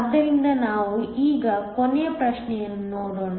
ಆದ್ದರಿಂದ ನಾವು ಈಗ ಕೊನೆಯ ಪ್ರಶ್ನೆಯನ್ನು ನೋಡೋಣ